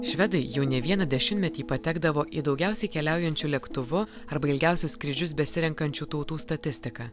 švedai jau ne vieną dešimtmetį patekdavo į daugiausiai keliaujančių lėktuvu arba ilgiausius skrydžius besirenkančių tautų statistiką